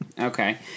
Okay